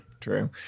true